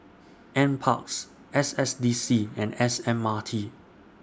NParks S S D C and S M R T